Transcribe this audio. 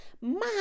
mom